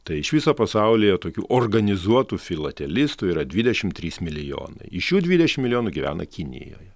tai iš viso pasaulyje tokių organizuotų filatelistų yra dvidešimt trys milijonai iš jų dvidešimt milijonų gyvena kinijoje